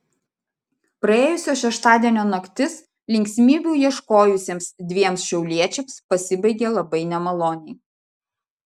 praėjusio šeštadienio naktis linksmybių ieškojusiems dviem šiauliečiams pasibaigė labai nemaloniai